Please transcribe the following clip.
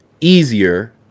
easier